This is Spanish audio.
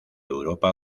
europa